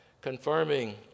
Confirming